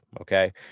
okay